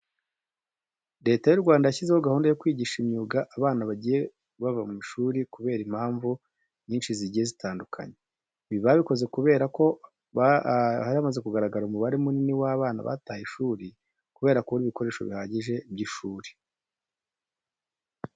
Leta y'u Rwanda yashyizeho gahunda yo kwigisha imyuga abana bagiye bava mu ishuri kubera impamvu nyinshi zigiye zitandukanye. Ibi babikoze kubera ko hari hamaze kugaragara umubare munini w'abana bataye ishuri kubera kubura ibikoresho bihagije by'ishuri.